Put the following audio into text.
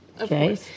Okay